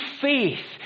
faith